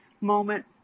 moment